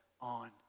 on